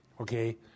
Okay